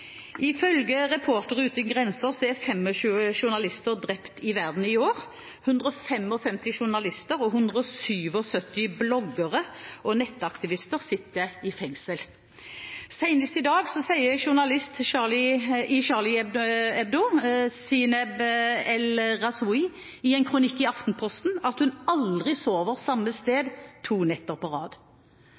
Ifølge Reportere uten grenser er 25 journalister drept i verden i år. 155 journalister og 177 bloggere og nettaktivister sitter i fengsel. Senest i dag sier journalist i Charlie Hebdo, Zineb el Rhazoui, i en kronikk i Aftenposten at hun aldri sover samme sted to netter på rad.